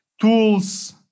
tools